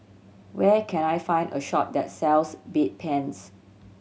where can I find a shop that sells Bedpans